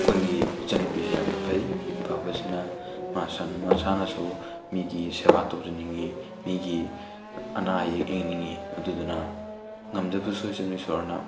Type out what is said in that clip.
ꯑꯩꯈꯣꯏꯒꯤ ꯏꯆꯟꯅꯨꯄꯤꯁꯤ ꯌꯥꯝꯅ ꯐꯩ ꯐꯕꯁꯤꯅ ꯃꯥꯁꯨ ꯃꯁꯥꯅꯁꯨ ꯃꯤꯒꯤ ꯁꯦꯕꯥ ꯇꯧꯖꯅꯤꯡꯉꯤ ꯃꯤꯒꯤ ꯑꯅꯥ ꯑꯌꯦꯛ ꯌꯦꯡꯅꯤꯡꯉꯤ ꯑꯗꯨꯗꯨꯅ ꯉꯝꯖꯕꯁꯨ ꯑꯣꯏꯁꯅꯨ ꯏꯁꯣꯔꯅ